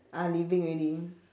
are leaving already